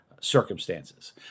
circumstances